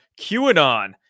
QAnon